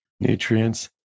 nutrients